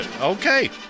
Okay